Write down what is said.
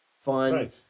fun